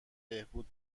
بهبود